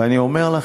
ואני אומר לך,